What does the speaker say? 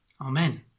Amen